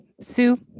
Sue